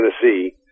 Tennessee